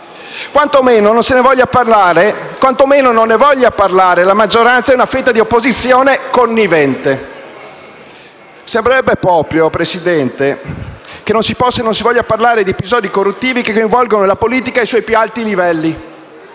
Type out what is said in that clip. quantomeno non ne vogliono parlare la maggioranza e una parte di opposizione connivente. Sembrerebbe proprio, signor Presidente, che non si possa e non si voglia parlare di episodi corruttivi che coinvolgono la politica e i suoi più alti livelli,